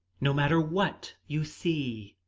no matter what you see!